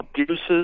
abuses